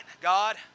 God